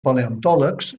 paleontòlegs